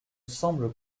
semble